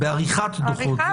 בעריכת דוחות.